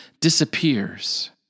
disappears